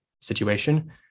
situation